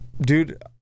dude